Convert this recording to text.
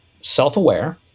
self-aware